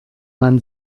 man